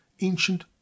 ancient